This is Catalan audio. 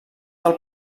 del